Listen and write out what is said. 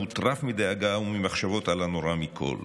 מוטרף מדאגה וממחשבות על הנורא מכול.